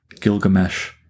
Gilgamesh